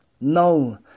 No